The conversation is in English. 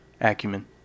acumen